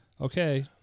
okay